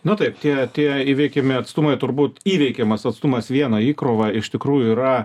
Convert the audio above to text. na taip tie tie įveikiami atstumai turbūt įveikiamas atstumas viena įkrova iš tikrųjų yra